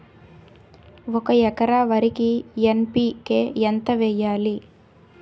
ఒక ఎకర వరికి ఎన్.పి కే ఎంత వేయాలి?